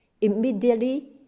immediately